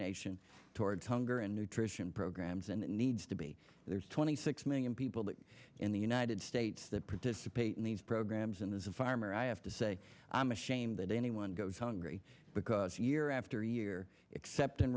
nation towards hunger and nutrition programs and it needs to be there's twenty six million people that are in the united states that participate in these programs and as a farmer i have to say i'm ashamed that anyone goes hungry because year after year except in